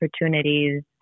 opportunities